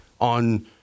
on